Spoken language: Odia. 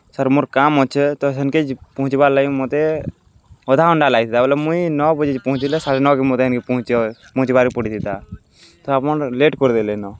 ସାର୍ ମୋର୍ କାମ୍ ଅଛେ ତ ହେନ୍କେ ପହଞ୍ଚିବାର୍ ଲାଗି ମତେ ଅଧାଘଣ୍ଟା ଲାଗିଥିତା ବଏଲେ ମୁଇଁ ନଅ ବଜେ ପହଞ୍ଚିଲେ ସାଢ଼େ ନଅକେ ମତେ ହେନ୍କେ ପହଞ୍ଚିବ ପହଞ୍ଚିବାରକେ ପଡ଼ିଥିତା ତ ଆପଣ ଲେଟ୍ କରିଦେଲେନ